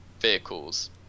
vehicles